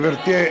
להזכירכם,